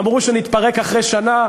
אמרו שנתפרק אחרי שנה,